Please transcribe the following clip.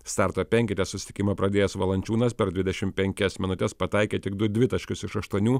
starto penkete susitikimą pradėjęs valančiūnas per dvidešim penkias minutes pataikė tik du dvitaškius iš aštuonių